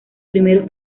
primeros